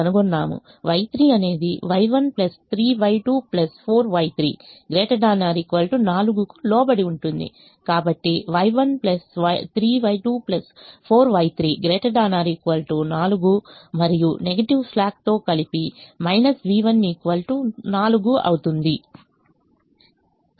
కాబట్టి Y1 3Y2 4Y3 ≥ 4 మరియు negative slack తో కలిపి v1 4 అవుతుంది